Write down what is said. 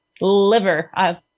liver